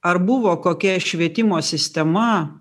ar buvo kokia švietimo sistema